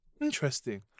Interesting